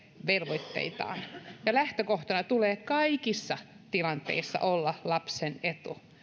velvoitteitaan ja lähtökohtana tulee kaikissa tilanteissa olla lapsen etu